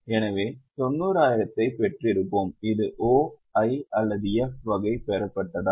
எனவே 90000 ஐப் பெற்றிருப்போம் இது O I அல்லது F வகை பெறப்பட்டதா